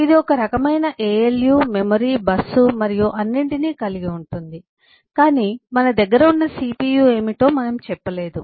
ఇది ఒక రకమైన ALU మెమరీ బస్సు మరియు అన్నింటినీ కలిగి ఉంటుంది కాని మన దగ్గర ఉన్న CPU ఏమిటో మనము చెప్పలేదు